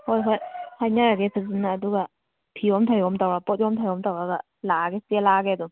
ꯍꯣꯏ ꯍꯣꯏ ꯍꯥꯏꯅꯔꯒꯦ ꯐꯖꯟꯅ ꯑꯗꯨꯒ ꯐꯤꯌꯣꯝ ꯊꯧꯌꯣꯝ ꯇꯧꯔꯒ ꯄꯣꯠꯌꯣꯝ ꯊꯧꯌꯣꯝ ꯇꯧꯔꯒ ꯂꯥꯛꯑꯒꯦ ꯆꯦꯜꯂꯛꯑꯒꯦ ꯑꯗꯨꯝ